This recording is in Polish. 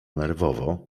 nerwowo